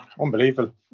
unbelievable